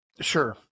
Sure